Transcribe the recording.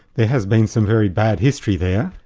there has been some very bad history there,